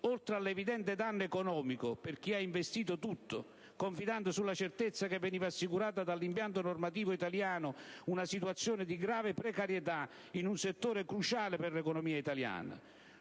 oltre all'evidente danno economico per chi ha investito tutto confidando sulla certezza che veniva assicurata dall'impianto normativo italiano, una situazione di grave precarietà in un settore cruciale per l'economia italiana.